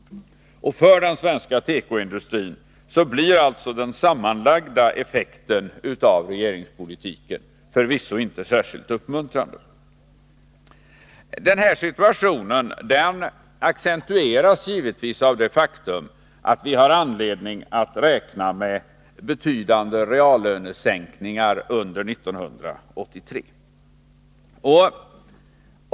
För den svenska tekoindustrin blir alltså den sammanlagda effekten av regeringspolitiken förvisso inte särskilt uppmuntrande. Denna situation accentueras givetvis av det faktum att vi har anledning att räkna med betydande reallönesänkningar under 1983.